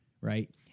Right